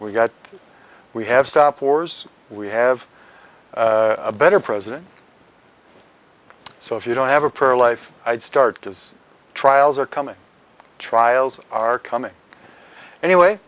we got we have stop wars we have a better president so if you don't have a pro life i'd start because trials are coming trials are coming anyway